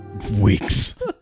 Weeks